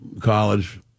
college